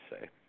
say